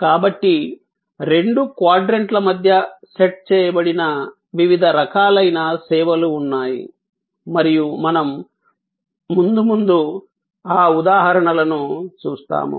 కాబట్టి రెండు క్వాడ్రాంట్ల మధ్య సెట్ చేయబడిన వివిధ రకాలైన సేవలు ఉన్నాయి మరియు మనం ముందు ముందు ఆ ఉదాహరణలను చూస్తాము